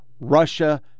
russia